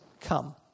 come